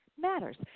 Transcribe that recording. matters